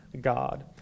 God